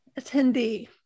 attendee